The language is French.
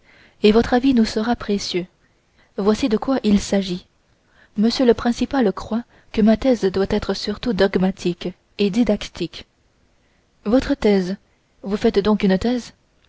et votre avis nous sera précieux voici de quoi il s'agit m le principal croit que ma thèse doit être surtout dogmatique et didactique votre thèse vous faites donc une thèse